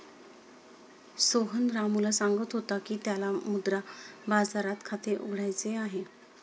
सोहन रामूला सांगत होता की त्याला मुद्रा बाजारात खाते उघडायचे आहे